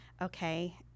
okay